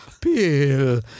Bill